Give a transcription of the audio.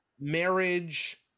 marriage